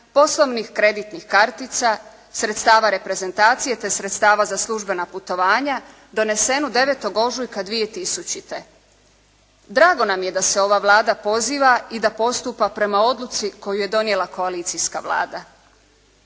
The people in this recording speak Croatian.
poslovnih kreditnih kartica, sredstava reprezentacije te sredstava za službena putovanja doneseno 9. ožujka 2000. Drago nam je da se ova Vlada poziva i da postupa prema odluci koju je donijela koalicijska Vlada,